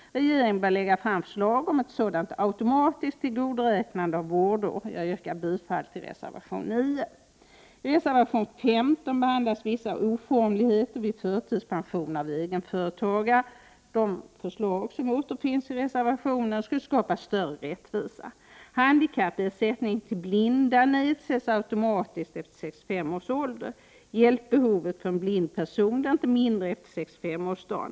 Regeringen bör lägga fram förslag om ett sådant automatiskt tillgodoräknande av vårdår. Jag yrkar bifall till reservation 9. I reservation 15 behandlas vissa oformligheter vid förtidspension av egenföretagare. De förslag som återfinns i reservationen skulle skapa större rättvisa. Handikappersättning till blinda nedsätts automatiskt efter 65 års ålder. Hjälpbehovet för en blind person blir inte mindre efter 65-årsdagen.